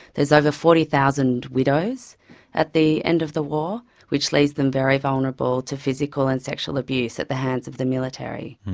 there's over forty thousand widows at the end of the war which leaves them very vulnerable to physical and sexual abuse at the hands of the military.